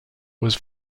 was